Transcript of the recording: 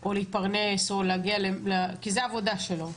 או להתפרנס, כי זו העבודה שלו.